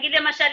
נגיד למשל,